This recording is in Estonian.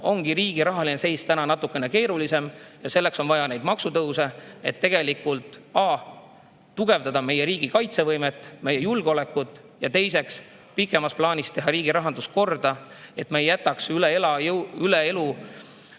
ongi riigi rahaline seis täna natukene keerulisem ja selleks on vaja neid maksutõuse, et esiteks tugevdada meie riigi kaitsevõimet, meie julgeolekut, ja teiseks teha pikemas plaanis riigi rahandus korda, et me ei jätaks üle